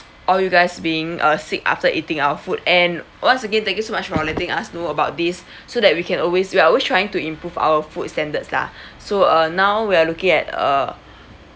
all you guys being uh sick after eating our food and once again thank you so much for letting us know about this so that we can always we are always trying to improve our food standards lah so uh now we are looking at uh